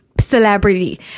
celebrity